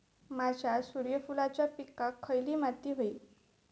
माझ्या सूर्यफुलाच्या पिकाक खयली माती व्हयी?